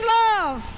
love